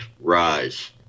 Rise